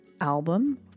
album